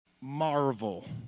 marvel